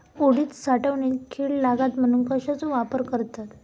उडीद साठवणीत कीड लागात म्हणून कश्याचो वापर करतत?